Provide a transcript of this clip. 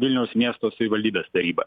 vilniaus miesto savivaldybės tarybą